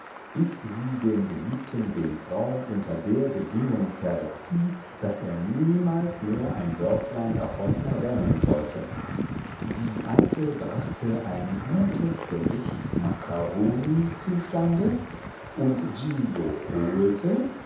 bis sie dem geliebten den traum unter der bedingung verzieh daß er niemals mehr ein wörtlein davon erwähnen sollte die alte brachte ein gutes gericht makkaroni zustande und giglio holte